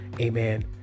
Amen